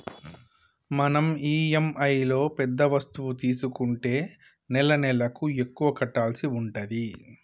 మనం ఇఎమ్ఐలో పెద్ద వస్తువు తీసుకుంటే నెలనెలకు ఎక్కువ కట్టాల్సి ఉంటది